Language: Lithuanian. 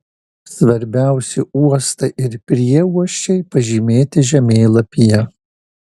svarbiausi uostai ir prieuosčiai pažymėti žemėlapyje